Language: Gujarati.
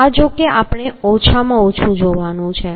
આ જો કે આપણે ઓછામાં ઓછું જોવાનું છે